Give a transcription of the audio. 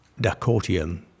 Dacortium